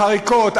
החריקות,